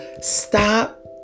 stop